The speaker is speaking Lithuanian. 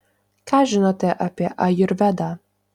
ką žinote apie ajurvedą